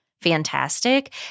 fantastic